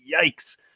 Yikes